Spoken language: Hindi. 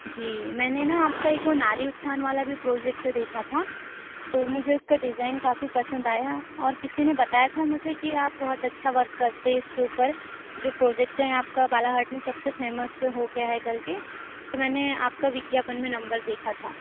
जी मैंने न आपका एक वो नारी उत्थान वाला भी प्रोजेक्ट देखा था तो मुझे उसका डिज़ाइन काफ़ी पसंद आया और किसी ने बताया था मुझे कि आप बहुत अच्छा वर्क करते हैं इसके ऊपर जो प्रोजेक्ट हैं आपका बालाघाट में सबसे फ़ेमस हो गया है करके तो मैंने आपका विज्ञापन में नंबर देखा था